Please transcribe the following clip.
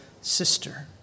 sister